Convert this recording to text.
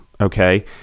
Okay